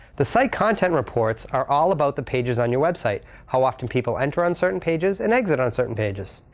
the site content reports are all about the pages on your website how often people enter on certain pages and exit on certain pages.